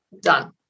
done